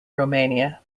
romania